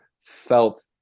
felt